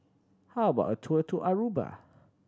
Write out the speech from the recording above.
how about a tour to Aruba